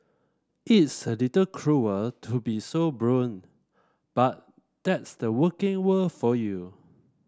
it's a little cruel to be so blunt but that's the working world for you